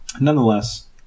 nonetheless